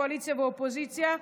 קואליציה ואופוזיציה,